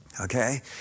Okay